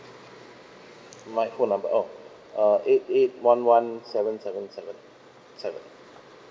my phone number oh uh eight eight one one seven seven seven seven